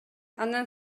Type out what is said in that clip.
андан